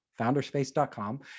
founderspace.com